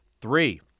Three